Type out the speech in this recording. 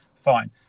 Fine